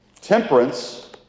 temperance